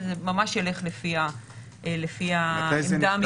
זה ממש ילך לפי העמדה המקצועית.